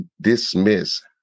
dismiss